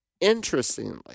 Interestingly